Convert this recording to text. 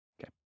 Okay